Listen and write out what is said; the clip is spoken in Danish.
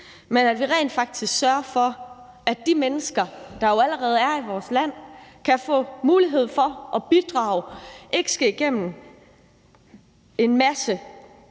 men at vi rent faktisk sørger for, at de mennesker, der jo allerede er i vores land, kan få mulighed for at bidrage og ikke skal igennem en masse